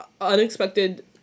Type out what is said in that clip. unexpected